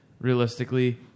realistically